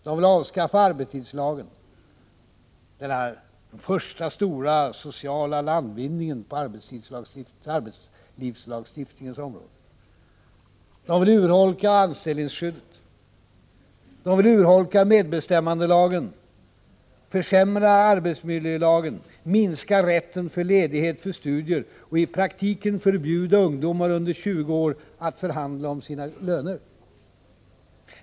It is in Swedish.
De vill avskaffa arbetstidslagen — denna första, stora sociala landvinning på arbetslivslagstiftningens område. De vill urholka anställningsskyddet. De vill urholka medbestämmandelagen, försämra arbetsmiljölagen, minska rätten till ledighet för studier och i praktiken förbjuda ungdomar under 20 år att förhandla om sina löner.